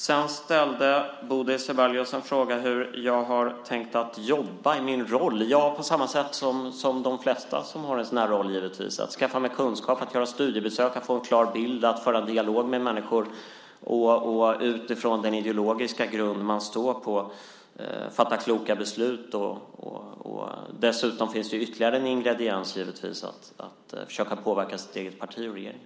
Bodil Ceballos ställde frågan hur jag har tänkt mig att jobba i min roll. Svaret är på samma sätt som de flesta som har en sådan roll, givetvis. Det handlar om att skaffa kunskap genom att göra studiebesök, att få en klar bild och föra en dialog med människor och utifrån den ideologiska grund man står på fatta kloka beslut. Dessutom finns givetvis som en ytterligare ingrediens att försöka påverka sitt eget parti och regeringen.